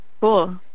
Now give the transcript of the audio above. Cool